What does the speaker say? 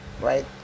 right